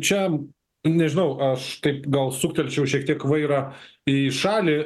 čia nežinau aš taip gal suktelčiau šiek tiek vairą į šalį